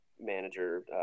manager